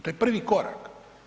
To je prvi korak.